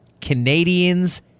Canadians